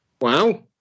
Wow